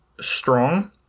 strong